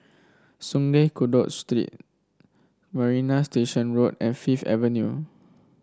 Sungei Kadut Street Marina Station Road and Fifth Avenue